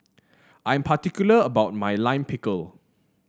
I am particular about my Lime Pickle